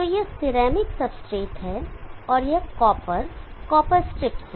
तो यह ceramic substrate है और यह कॉपर कॉपर स्ट्रिप्स है